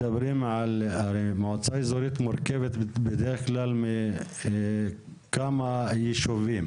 מועצה אזורית מורכבת בדרך כלל מכמה ישובים,